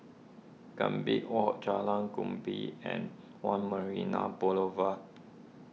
Gambir Walk Jalan Kemuning and one Marina Boulevard